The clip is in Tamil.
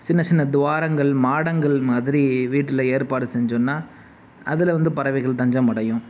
சின்ன சின்ன துவாரங்கள் மாடங்கள் மாதிரி வீட்டில் ஏற்பாடு செஞ்சோன்னா அதில் வந்து பறவைகள் தஞ்சமடையும்